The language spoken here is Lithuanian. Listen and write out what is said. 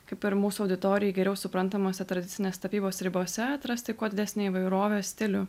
kaip ir mūsų auditorijai geriau suprantamose tradicinės tapybos ribose atrasti kuo didesnę įvairovę stilių